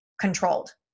controlled